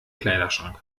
kleiderschrank